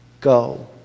go